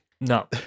No